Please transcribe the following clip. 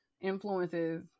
influences